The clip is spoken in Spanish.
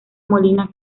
molina